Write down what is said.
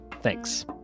Thanks